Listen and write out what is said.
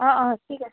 অঁ অঁ ঠিক আছে